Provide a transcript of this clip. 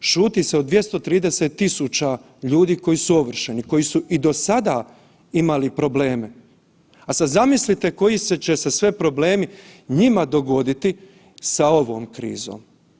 Šuti se o 230.000 ljudi koji su ovršeni, koji su i do sada imali probleme, a sada zamislite koji će se sve problemi njima dogoditi sa ovom krizom.